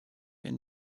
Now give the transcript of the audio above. and